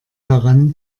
daran